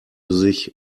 sich